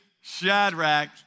Shadrach